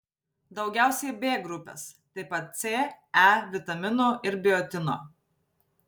daugiausiai b grupės taip pat c e vitaminų ir biotino